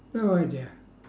no idea